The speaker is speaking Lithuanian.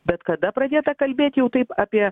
bet kada pradėta kalbėt jau taip apie